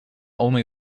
only